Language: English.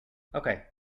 okay